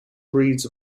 breeds